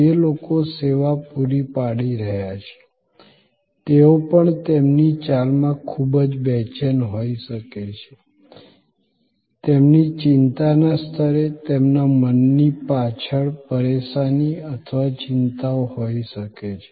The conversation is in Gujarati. જે લોકો સેવા પૂરી પાડી રહ્યા છે તેઓ પણ તેમની ચાલમાં ખૂબ જ બેચેન હોઈ શકે છે તેમની ચિંતાના સ્તરે તેમના મનની પાછળ પરેશાની અથવા ચિંતાઓ હોઈ શકે છે